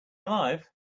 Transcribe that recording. alive